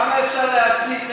כמה אפשר להסית?